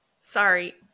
Sorry